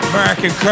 American